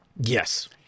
Yes